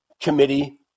committee